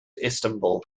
istanbul